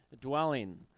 dwelling